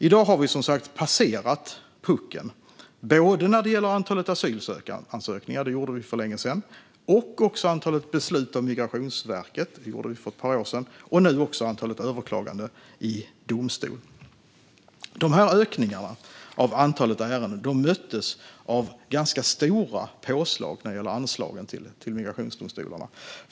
I dag har vi som sagt passerat puckeln. När det gäller antalet asylansökningar gjorde vi det för länge sedan. När det gäller antalet beslut av Migrationsverket gjorde vi det för ett par år sedan. Nu har vi passerat puckeln också när det gäller antalet överklaganden i domstol. Ökningarna av antalet ärenden möttes av ganska stora påslag när det gäller anslagen till migrationsdomstolarna.